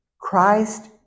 Christ